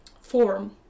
form